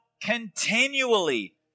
continually